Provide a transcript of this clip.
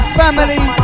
family